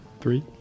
Three